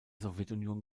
sowjetunion